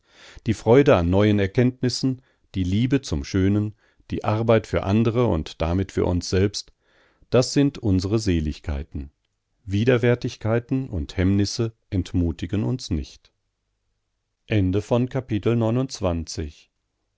die freude an neuen erkenntnissen die liebe zum schönen die arbeit für andere und damit für uns selbst das sind unsere seligkeiten widerwärtigkeiten und hemmnisse entmutigen uns nicht